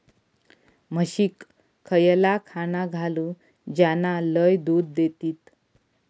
म्हशीक खयला खाणा घालू ज्याना लय दूध देतीत?